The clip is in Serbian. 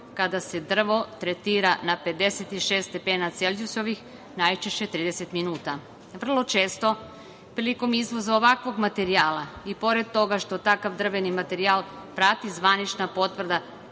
kada se drvo tretira na 56 stepeni celzijusovih najčešće 30 minuta. Vrlo često, prilikom izvoza ovakvog materijala i pored toga što takav drveni materijal prati zvanična potvrda